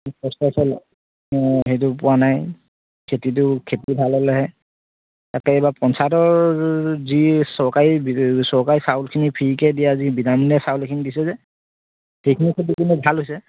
যিটো কষ্টৰ ফল অঁ সেইটো পোৱা নাই খেতিটো খেতি ভাল হ'লেহে তাকে এইবাৰ পঞ্চায়তৰ যি চৰকাৰী চৰকাৰী চাউলখিনি ফ্ৰীকৈ দিয়া যি বিনামূলীয়া চাউলখিনি দিছে যে সেইখিনি খেতিখিনি ভাল হৈছে